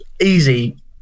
easy